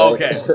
Okay